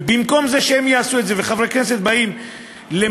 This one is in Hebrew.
במקום שהם יעשו את זה, וחברי כנסת באים למלא